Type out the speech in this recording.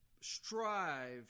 strive